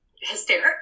hysteric